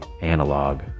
Analog